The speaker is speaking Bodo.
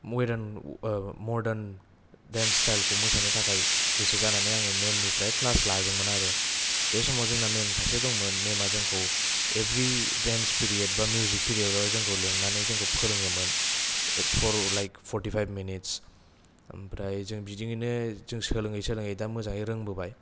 मदार्न दान्स स्थाइलखौ मोसानो थाखाय गोसो जानानै आङो मेमनिफ्राय क्लास लादोंमोन आरो बे समाव जोंना मेम सासे दंमोन मेमा जोंखौ इभरि दान्स पिरियद बा मिउजिक फिरियदाव जोंखौ लिंनानै जोंखौ फोरोङोमोन फर लाइक फरथिफाएब मिनिटस ओमफ्राय जों बिदियैनो जों सोलोङै सोलोङै दा मोजाङै रोंबोबाय